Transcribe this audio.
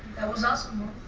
that was awesome mom.